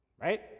right